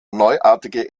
neuartige